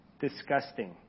Disgusting